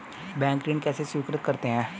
Bank ऋण कैसे स्वीकृत करते हैं?